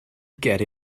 get